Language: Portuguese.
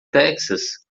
texas